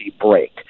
break